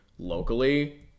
locally